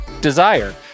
Desire